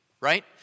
right